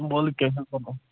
ولہٕ کینٛہہ چھُنہٕ پَرواے